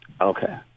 Okay